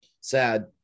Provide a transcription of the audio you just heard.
Sad